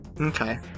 Okay